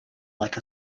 like